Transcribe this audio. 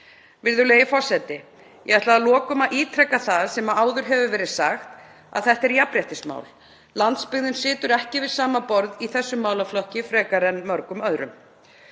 Virðulegi forseti. Ég ætla að lokum að ítreka það sem áður hefur verið sagt, að þetta er jafnréttismál. Landsbyggðin situr ekki við sama borð í þessum málaflokki frekar en mörgum öðrum.